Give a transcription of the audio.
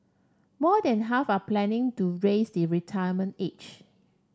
more than half are planning to raise the retirement age